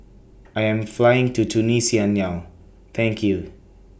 I Am Flying to Tunisia now thank YOU